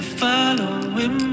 following